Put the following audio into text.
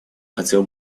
хотела